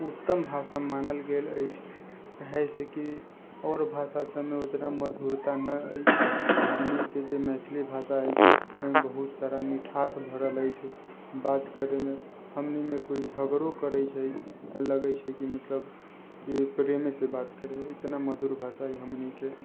उत्तम भाषा मानल गेल अछि काहेसँ कि आओर भाषा सभमे उतना मधुरता न अछि हमनिके जे मैथिली भाषा अछि ओहिमे बहुत सारा मिठास भरल अछि बात करैमे हमनिमे कोइ झगड़ो करै छै लगै छै कि मतलब ओ प्रेमेसँ बात करैया इतना मधुर भाषा अछि हमनिके